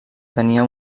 tenia